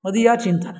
मदीयं चिन्तनम्